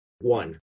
One